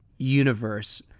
universe